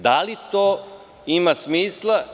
Da li to ima smisla?